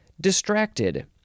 Distracted